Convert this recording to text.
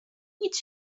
nic